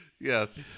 Yes